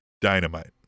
Dynamite